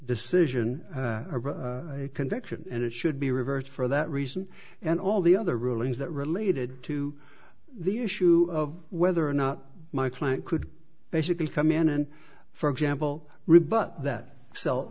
decision or a conviction and it should be reversed for that reason and all the other rulings that related to the issue of whether or not my client could basically come in and for example rebut that sell